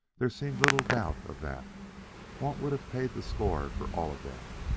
there seemed little doubt of that walt would have paid the score for all of them.